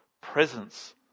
presence